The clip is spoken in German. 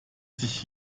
sich